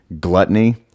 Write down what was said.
gluttony